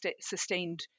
sustained